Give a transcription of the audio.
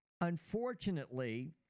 Unfortunately